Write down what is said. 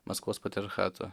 maskvos patriarchato